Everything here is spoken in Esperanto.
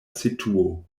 situo